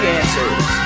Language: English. answers